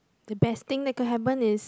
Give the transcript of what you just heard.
the best thing that could happen is